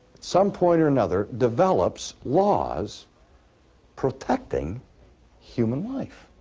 some point or another, develops laws protecting human life.